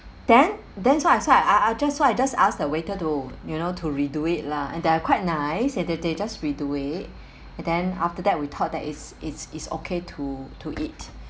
then then so I so I I just so I just ask the waiter to you know to redo it lah and they are quite nice and then they just redo it and then after that we thought that it's it's it's okay to to eat